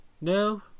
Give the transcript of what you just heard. No